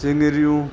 सिंगरियूं